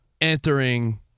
entering